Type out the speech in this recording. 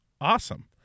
awesome